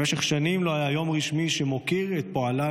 במשך שנים לא היה יום רשמי המוקיר את פועלם